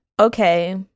Okay